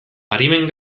arimen